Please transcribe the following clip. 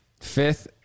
Fifth